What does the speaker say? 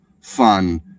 fun